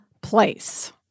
place